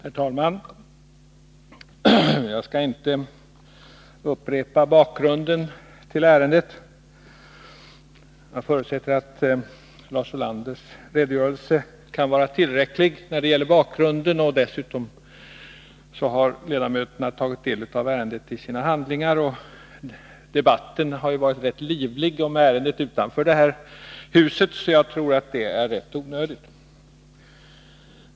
Herr talman! Jag skall inte upprepa bakgrunden till ärendet. Jag förutsätter att Lars Ulanders redogörelse är tillräcklig när det gäller bakgrunden. Dessutom har ledamöterna tagit del av ärendet i sina handlingar, och debatten om ärendet har varit livlig utanför det här huset. Jag tror därför att det är rätt onödigt.